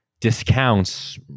discounts